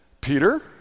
Peter